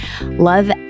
Love